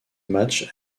match